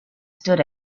stood